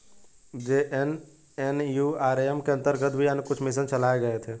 JNNURM के अंतर्गत भी अन्य कुछ मिशन चलाए गए थे